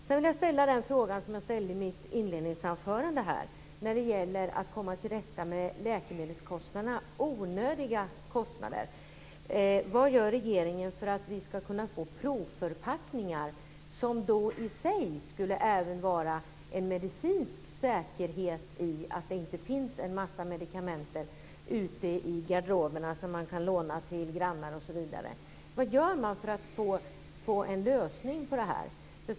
Sedan vill jag ställa den fråga som jag ställde i mitt inledningsanförande om att komma till rätta med onödiga läkemedelskostnader. Vad gör regeringen för att vi ska kunna få provförpackningar, som i sig även skulle kunna ge en medicinsk säkerhet såtillvida att det inte finns en massa medikamenter ute i garderoberna som man kan låna ut till grannar osv.? Vad gör man för att få en lösning på detta?